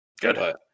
Good